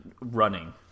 running